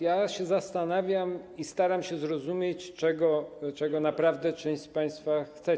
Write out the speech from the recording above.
Ja się zastanawiam i staram się zrozumieć, czego naprawdę część z państwa chce.